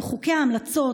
עם חוקי ההמלצות,